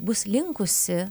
bus linkusi